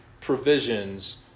provisions